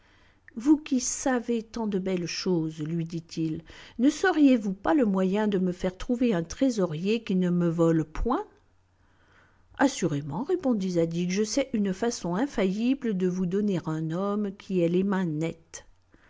vous qui savez tant de belles choses lui dit-il ne sauriez-vous pas le moyen de me faire trouver un trésorier qui ne me vole point assurément répondit zadig je sais une façon infaillible de vous donner un homme qui ait les mains nettes